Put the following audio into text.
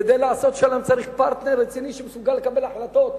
כדי לעשות שלום צריך פרטנר רציני שמסוגל לקבל החלטות,